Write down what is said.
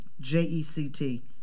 J-E-C-T